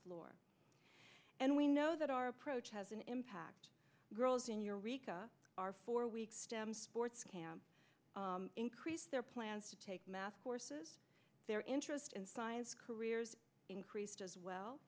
floor and we know that our approach has an impact girls in your reka are four week stem sports camp increased their plans to take math courses their interest in science careers increased as well